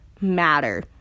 matter